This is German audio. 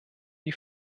die